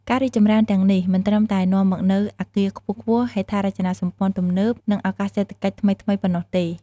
ការរីកចម្រើនទាំងនេះ មិនត្រឹមតែនាំមកនូវអគារខ្ពស់ៗ ហេដ្ឋារចនាសម្ព័ន្ធទំនើប និងឱកាសសេដ្ឋកិច្ចថ្មីៗប៉ុណ្ណោះទេ។